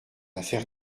affaire